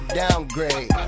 downgrade